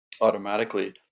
automatically